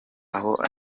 aho